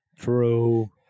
True